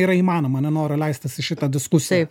yra įmanoma nenoriu leistis į šitą diskusiją